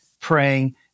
praying